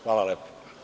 Hvala lepo.